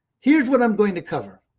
here is what i'm going to cover.